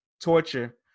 Torture